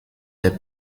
der